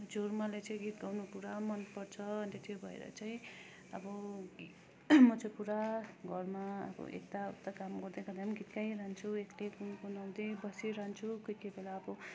हजुर मलाई चाहिँ गीत गाउनु पुरा मनपर्छ अन्त त्यो भएर चाहिँ अब म चाहिँ पुरा घरमा अब यताउता काम गर्दै गर्दै पनि गीत गाइरहन्छु एक्लै गुनगुनाउँदै बसिरहन्छु कोही कोही बेला अब